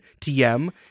TM